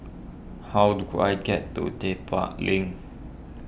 how do I get to Link